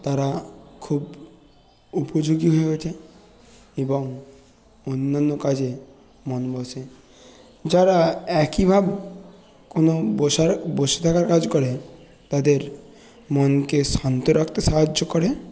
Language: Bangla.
তারা খুব উপযোগী হয়ে ওঠে এবং অন্যান্য কাজে মন বসে যারা একই ভাব কোনো বসার বসে থাকার কাজ করে তাদের মনকে শান্ত রাখতে সাহায্য করে